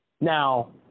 Now